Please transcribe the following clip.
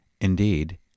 Indeed